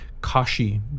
kashi